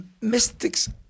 mystics